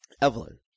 Evelyn